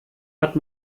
hat